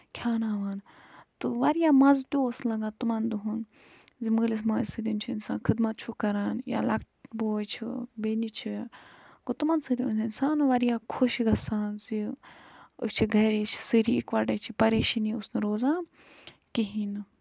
کھٮ۪ناوان تہٕ واریاہ مَزٕ تہِ اوس لگان تِمن دۄہَن زِ مٲلِس ماجہِ سۭتۍ چھُ اِنسان خدمَتھ چھُکھ کران یا لۄکُٹ بوے چھُ بیٚنہِ چھِ گوٚو تِمن سۭتۍ روٗد اِنسان واریاہ خۄش گژھان زِ أسۍ چھِ گرِ سٲری اَکوَٹَے چھِ پَریشٲنی اوس نہٕ روزان کِہیٖنۍ نہٕ